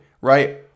right